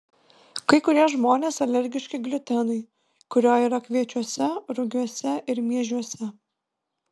kai kurie žmonės alergiški gliutenui kurio yra kviečiuose rugiuose ir miežiuose